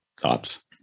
thoughts